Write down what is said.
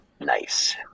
Nice